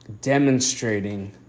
demonstrating